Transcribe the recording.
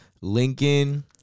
Lincoln